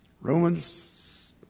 Romans